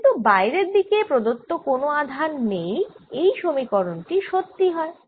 যেহেতু বাইরে থেকে প্রদত্ত কোন আধান নেই এই সমীকরণ টি সত্যি হয়